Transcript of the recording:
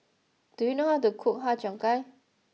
do you know how to cook Har Cheong Gai